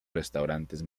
restaurantes